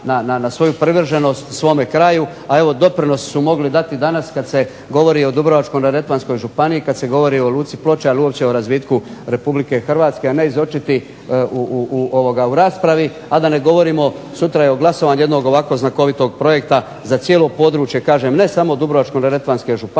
na svoju privrženost svome kraju, a evo doprinos su mogli dati danas kad se govori o Dubrovačko-neretvanskoj županiji, kad se govori o Luci Ploče, ali uopće o razvitku Republike Hrvatske, a ne izočiti u raspravi, a da ne govorimo sutra o glasovanju jednog ovako znakovitog projekta za cijelo područje kažem ne samo Dubrovačko-neretvanske županije